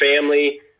family